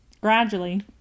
gradually